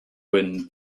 wind